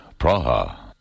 Praha